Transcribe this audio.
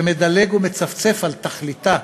שמדלג ומצפצף על תכליתה